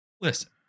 Listen